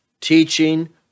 teaching